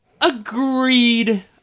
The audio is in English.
Agreed